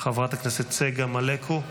חברת הכנסת צגה מלקו?